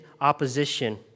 opposition